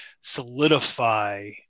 solidify